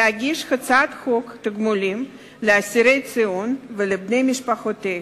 להגיש הצעת תיקון לחוק תגמולים לאסירי ציון ולבני משפחותיהם.